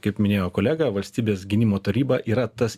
kaip minėjo kolega valstybės gynimo taryba yra tas